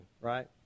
right